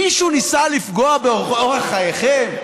מישהו ניסה לפגוע באורח חייכם?